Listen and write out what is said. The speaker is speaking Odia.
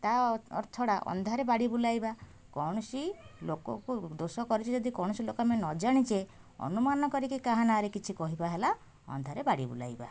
ତା' ଛଡ଼ା ଅନ୍ଧାରରେ ବାଡ଼ି ବୁଲାଇବା କୌଣସି ଲୋକକୁ ଦୋଷ କରିଛି ଯଦି କୌଣସି ଲୋକ ଆମେ ନ ଜାଣିଛେ ଅନୁମାନ କରିକି କାହା ନାଁରେ କିଛି କହିବା ହେଲା ଅନ୍ଧାରରେ ବାଡ଼ି ବୁଲାଇବା